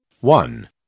One